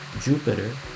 jupiter